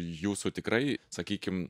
jūsų tikrai sakykim